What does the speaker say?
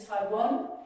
Taiwan